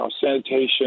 sanitation